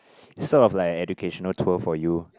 sort of like educational tour for you